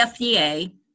FDA